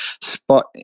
spot